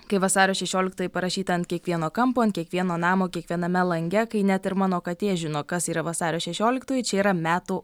kai vasario šešioliktoji parašyta ant kiekvieno kampo ant kiekvieno namo kiekviename lange kai net ir mano katė žino kas yra vasario šešioliktoji čia yra metų